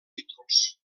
títols